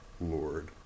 Lord